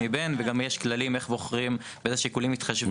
תציגו את התיקונים העיקריים?